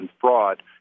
fraud